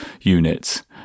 units